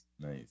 Nice